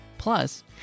Plus